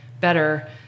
better